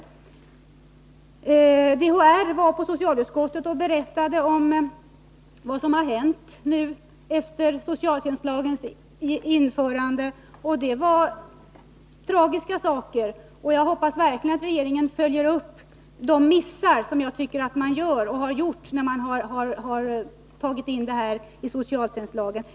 Företrädare för DHR har varit hos socialutskottet och berättat om vad som har hänt efter socialtjänstlagens införande, och det var tragiska saker. Jag hoppas verkligen att regeringen rättar till de missar som jag tycker att man har gjort när man har tagit in färdtjänsten under socialtjänstlagen.